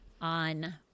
on